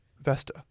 Vesta